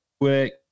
quick